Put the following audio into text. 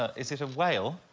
is it a whale?